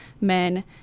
men